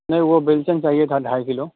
نہیں وہ بیلچن چاہیے تھا ڈھائی کلو